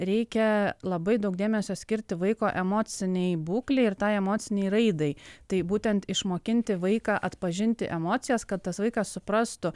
reikia labai daug dėmesio skirti vaiko emocinei būklei ir tai emocinei raidai tai būtent išmokinti vaiką atpažinti emocijas kad tas vaikas suprastų